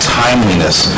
timeliness